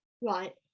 Right